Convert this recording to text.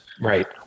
right